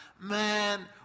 man